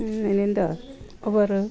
ಇನ್ನಿಂದ ಅವರು